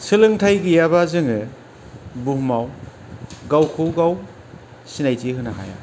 सोलोंथाइ गैयाबा जोङो बुहुमाव गावखौ गाव सिनायथि होनो हाया